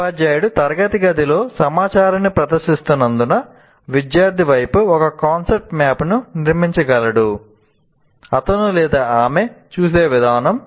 ఉపాధ్యాయుడు తరగతి గదిలో సమాచారాన్ని ప్రదర్శిస్తున్నందున విద్యార్థి వైపు ఒక కాన్సెప్ట్ మ్యాప్ను నిర్మించగలడు అతని ఆమె చూసే విధానం